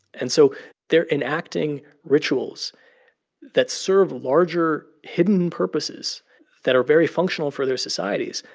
and so they're enacting rituals that serve larger hidden purposes that are very functional for their societies.